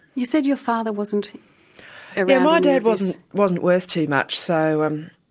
you said your father wasn't around. my dad wasn't wasn't worth too much. so um